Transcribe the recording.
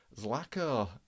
Zlaka